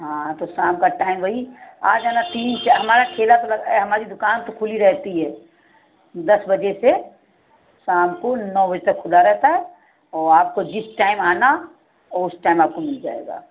हाँ तो शाम का टाइम वही आ जाना तीन चार हमारा ठेला हमारी दुकान तो खुली रहती है दस बजे से शाम को नौ बजे तक खुला रहता है तो आपको जिस टाइम आना उस टाइम आपको मिल जाएगा